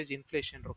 inflation